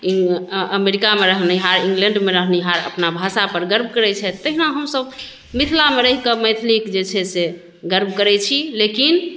अमेरिकामे रहनिहार या इंग्लैण्डमे रहनिहार अपना भाषापर गर्व करैत छथि तहिना हमसभ मिथिलामे रहिके मैथिलीक जे छै से गर्व करैत छी लेकिन